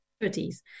activities